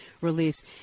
release